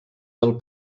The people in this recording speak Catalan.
del